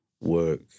work